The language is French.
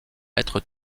être